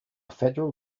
federal